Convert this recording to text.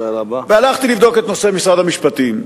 הלכתי לבדוק את נושא משרד המשפטים,